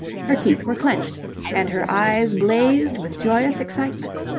her teeth were clenched and her eyes blazed with joyous excitement.